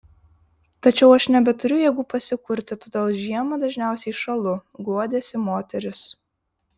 tačiau aš nebeturiu jėgų pasikurti todėl žiemą dažniausiai šąlu guodėsi moteris